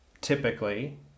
typically